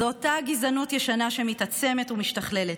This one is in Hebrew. זו אותה גזענות ישנה שמתעצמת ומשתכללת.